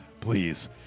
Please